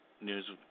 news